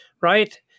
right